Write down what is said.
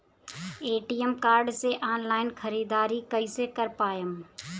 ATM card से online ख़रीदारी कइसे कर पाएम?